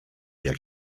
jak